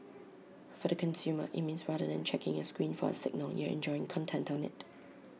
for the consumer IT means rather than checking your screen for A signal you're enjoying content on IT